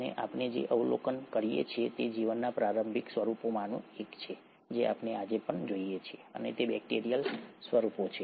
અને આપણે જે અવલોકન કરીએ છીએ તે જીવનના પ્રારંભિક સ્વરૂપોમાંનું એક છે જે આપણે આજે પણ જોઈએ છીએ અને તે બેક્ટેરિયલ સ્વરૂપો છે